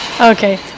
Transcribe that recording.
okay